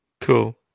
Cool